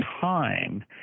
time